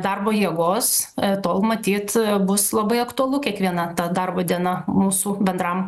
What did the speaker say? darbo jėgos tol matyt bus labai aktualu kiekviena ta darbo diena mūsų bendram